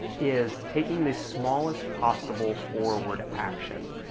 is taking the smallest possible forward action.